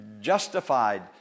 justified